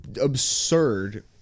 absurd